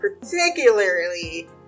particularly